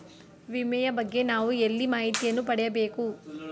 ವಿಮೆಯ ಬಗ್ಗೆ ನಾವು ಎಲ್ಲಿ ಮಾಹಿತಿಯನ್ನು ಪಡೆಯಬೇಕು?